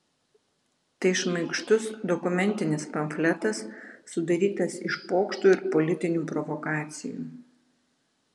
tai šmaikštus dokumentinis pamfletas sudarytas iš pokštų ir politinių provokacijų